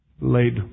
laid